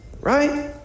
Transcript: right